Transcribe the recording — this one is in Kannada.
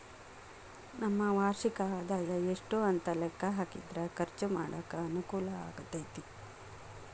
ನಮ್ಮ ವಾರ್ಷಿಕ ಆದಾಯ ಎಷ್ಟು ಅಂತ ಲೆಕ್ಕಾ ಹಾಕಿದ್ರ ಖರ್ಚು ಮಾಡಾಕ ಅನುಕೂಲ ಆಗತೈತಿ